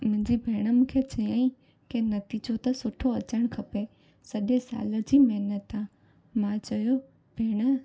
मुंहिंजी भेण मूंखे चयाईं की नतीजो त सुठो अचणु खपे सॼे सालु जी महिनत आहे मां चयो भेण